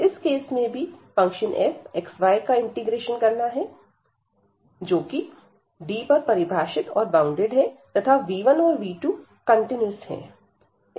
इस केस में भी fxy का इंटीग्रेशन करना है जोकि D पर परिभाषित और बॉउंडेड है तथा v1 और v2 कंटीन्यूअस है